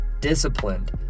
disciplined